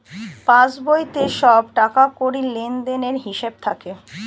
পাসবইতে সব টাকাকড়ির লেনদেনের হিসাব থাকে